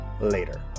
later